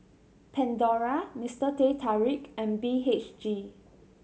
Pandora Mister Teh Tarik and B H G